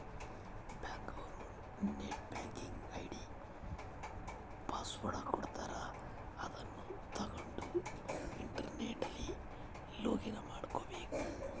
bank ಅವ್ರು net banking ID password ಕೊಡ್ತಾರ ಅದುನ್ನ ತಗೊಂಡ್ ಇಂಟರ್ನೆಟ್ ಅಲ್ಲಿ ಲೊಗಿನ್ ಮಾಡ್ಕಬೇಕು